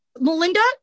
Melinda